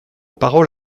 parole